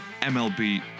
MLB